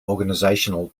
organizational